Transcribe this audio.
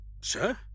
Sir